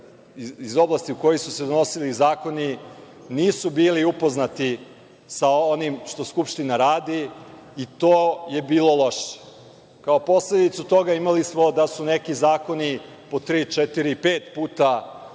iz oblasti u kojoj su se donosili zakoni, nisu bili upoznati sa onim što Skupština radi i to je bilo loše. Kao posledicu toga imali smo da su neki zakoni po tri,